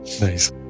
Nice